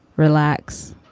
relax.